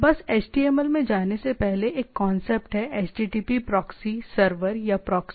बस HTML में जाने से पहले एक कांसेप्ट है HTTP प्रॉक्सी सर्वर या प्रॉक्सी